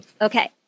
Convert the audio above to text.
Okay